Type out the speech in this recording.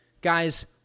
guys